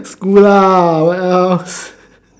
school lah what else